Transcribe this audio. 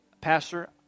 Pastor